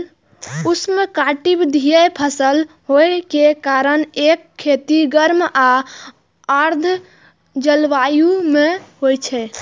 उष्णकटिबंधीय फसल होइ के कारण एकर खेती गर्म आ आर्द्र जलवायु मे होइ छै